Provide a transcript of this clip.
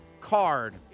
card